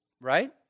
Right